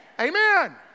Amen